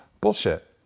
Bullshit